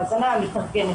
נכון.